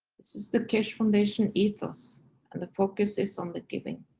this is the keshe foundation ethos and the focus is on the giving.